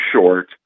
short